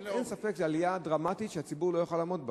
אין ספק שזאת עלייה דרמטית שהציבור לא יוכל לעמוד בה.